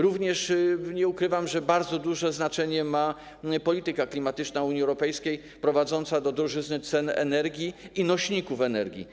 Również nie ukrywam, że bardzo duże znaczenie ma polityka klimatyczna Unii Europejskiej prowadząca do drożyzny cen energii i nośników energii.